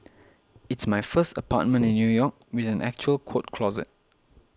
it's my first apartment in New York with an actual coat closet